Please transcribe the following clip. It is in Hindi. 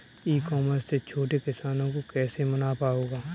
ई कॉमर्स से छोटे किसानों को कैसे मुनाफा होगा?